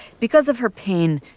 because of her pain,